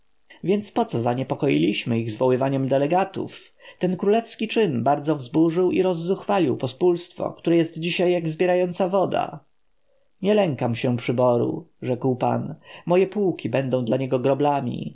więc poco zaniepokoiliśmy ich zwoływaniem delegatów ten królewski czyn bardzo wzburzył i rozzuchwalił pospólstwo które jest dzisiaj jak wzbierająca woda nie lękam się przyboru rzekł pan moje pułki będą dla niego groblami